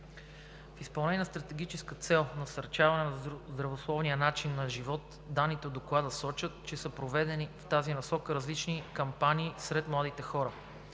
В изпълнение на стратегическа цел „Насърчаване на здравословния начин на живот“, данните от Доклада сочат, че са проведени в тази насока различни кампании сред младите хора.